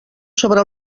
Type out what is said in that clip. sobre